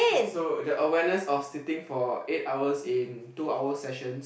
so the awareness of sitting for eight hours in two hours sessions